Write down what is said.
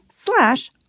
Slash